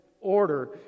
order